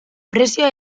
presioa